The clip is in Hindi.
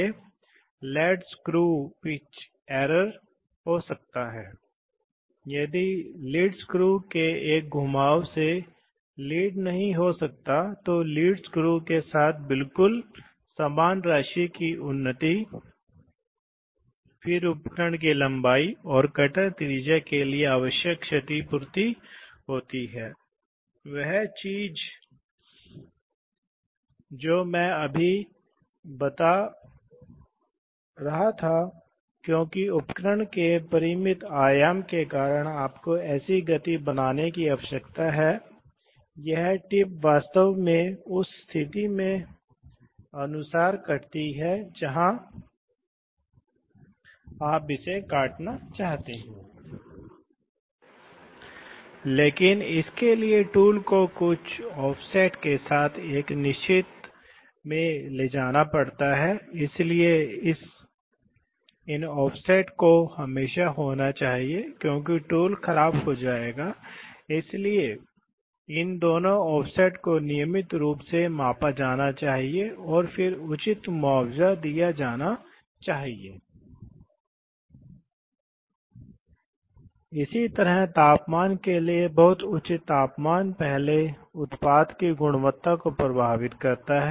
तो इसे यहाँ वापस गया है इसलिए जब यह दबाव होता है तो अभी बनाया जाता है यदि आप इस दबाव को छोड़ते हैं तो इसे जारी करें तो यह इस हिस्से को तुरंत निकास से जुड़ जाएगा और चूंकि यहाँ दबाव है इसलिए यह शटल धकेल दिया जाएगा और यह इस स्थिति में आ जाएगा और फिर यह दबाव स्वयं इसके माध्यम से जाएगा और वाल्व को इस स्थिति में रखेगा ध्यान दें कि यह एक स्प्रिंग लोडेड वाल्व है इसलिए यदि दबाव होगा तो प्रारंभ दबाव बटन को सही जारी करने पर भी होने वाला न्यूमेटिक्स दबाव यही वह बिंदु है जिसे हम बनाने की कोशिश कर रहे हैं अब यदि आप इसे रीसेट करना चाहते हैं तो आप इससे कैसे बाहर आते हैं इसलिए आप इस पुश बटन को दबाएं यह स्टॉप पुश बटन है तो ऐसा क्या होता है कि जिस क्षण आप इसे दबाते हैं यह होने वाला है कि यह वाल्व शिफ्ट होने वाला है यहां शिफ्ट हो जाएगा तो यह समाप्त होने वाला है इसलिए इस पल अब क्या होता है कि यह समाप्त हो जाता है और इसके माध्यम से आने वाली यह रेखा यहां अवरुद्ध हो जाती है यह एक सामान्य तीन स्थिति है